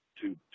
two